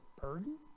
burden